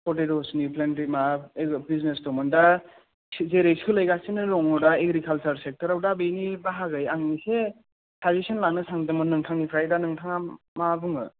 पटेट'सनि प्लेनटि माबा बिजिनेस दंमोन दा जेरै सोलायगासिनो दं दा एग्रिकाल्सार सेक्टराव दा बेनि बाहागै आं एसे साजिसन लानो सानदोंमोन नोंथांनिफ्राय दा नोंथाङा मा बुङो